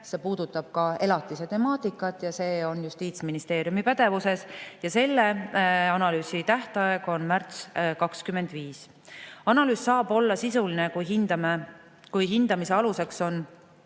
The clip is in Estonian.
see puudutab ka elatisetemaatikat ja see on Justiitsministeeriumi pädevuses – ja selle analüüsi tähtaeg on märtsis 2025.Analüüs saab olla sisuline, kui hindamise aluseks on